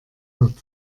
wird